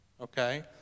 okay